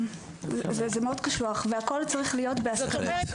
זה מאוד קשוח והכל צריך להיות בהסכמה.